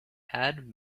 add